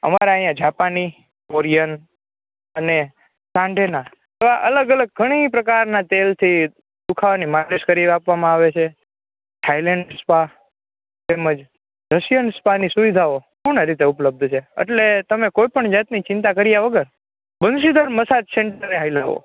અમારે આંયા જાપાની કોરિયન અને સાંઢના એવા અલગ અલગ ઘણાય પ્રકારના તેલથી દુખાવાની માલિશ કરી આપવામાં આવે છે થાઇલેન્ડ સ્પા તેમજ રસિયન સ્પાની સુવિધાઓ ઉપલબ્ધ છે એટલે તમે કોઈપણ જાતની ચિંતા કર્યા વગર બંસીદર મસાજ સેન્ટરે હાલ્યા આવો